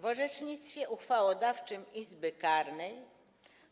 W orzecznictwie uchwałodawczym Izby Karnej